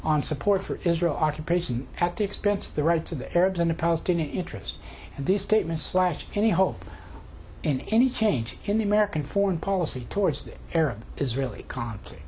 on support for israel occupation at the expense of the right to the arabs and the palestinian interests and these statements last any hope in any change in american foreign policy towards the arab israeli conflict